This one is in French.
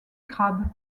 crabes